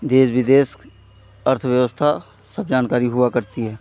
देश विदेश की अर्थव्यवस्था सब जानकारी हुआ करती है